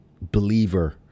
believer